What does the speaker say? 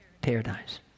paradise